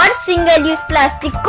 um single um use plastic